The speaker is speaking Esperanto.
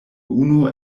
unu